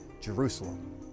Jerusalem